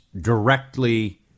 directly